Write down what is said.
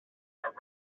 rust